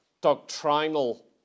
doctrinal